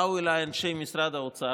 באו אליי אנשי משרד האוצר,